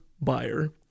buyer